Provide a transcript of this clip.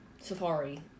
Safari